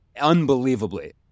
Unbelievably